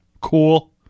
Cool